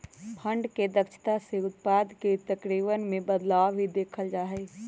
fund के दक्षता से उत्पाद के तरीकवन में बदलाव भी देखल जा हई